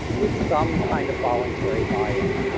with some kind of voluntary buy-in,